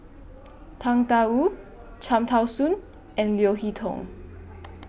Tang DA Wu Cham Tao Soon and Leo Hee Tong